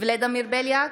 ולדימיר בליאק,